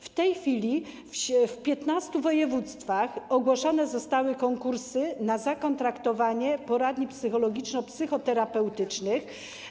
W tej chwili w 15 województwach ogłoszone zostały konkursy na zakontraktowanie poradni psychologiczno-psychoterapeutycznych.